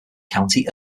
county